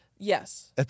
Yes